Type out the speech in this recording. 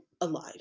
alive